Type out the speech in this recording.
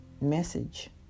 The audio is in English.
message